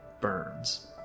Burns